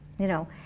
you know,